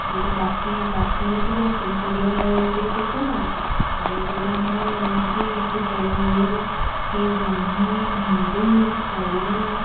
ଯେଉଁଟା ବାସି ବାସି ହୋଇଥିବ ସେଇ ପରିବା ରେଟ୍ କୁହ ଆଉ ଯେଉଁଟା ଆମର ରହୁଛି ପୋଟଳ ହେଉ କି ଜହ୍ନି ଭେଣ୍ଡି କଲରା